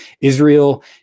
Israel